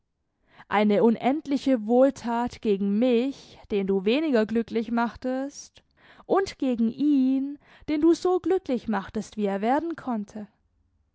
eine unendliche wohltat gegen mich den du weniger glücklich machtest und gegen ihn den du so glücklich machtest wie er werden konnte